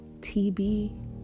TB